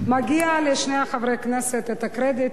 מגיע לשני חברי הכנסת הקרדיט,